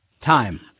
Time